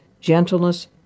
gentleness